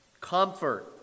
Comfort